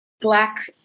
black